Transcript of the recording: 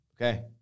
okay